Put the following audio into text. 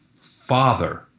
father